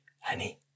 honey